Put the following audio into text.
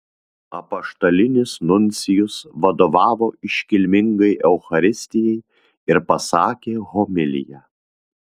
apaštalinis nuncijus vadovavo iškilmingai eucharistijai ir pasakė homiliją